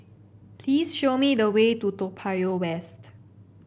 please show me the way to Toa Payoh West